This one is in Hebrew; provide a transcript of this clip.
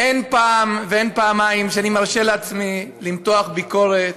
אין פעם ואין פעמיים שאני מרשה לעצמי למתוח ביקורת,